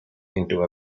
into